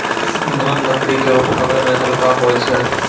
नरम लकड़ी क उठावै मे हल्का होय छै